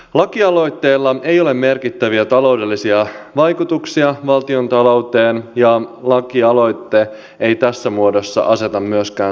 lakialoitteella ei ole merkittäviä taloudellisia vaikutuksia valtiontalouteen ja lakialoite ei tässä muodossa aseta myöskään sanktioita